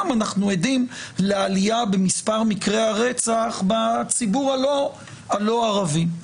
אנחנו עדים לעלייה במספר מקרי הרצח בציבור הלא ערבי.